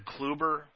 Kluber